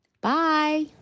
Bye